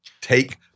take